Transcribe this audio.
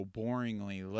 boringly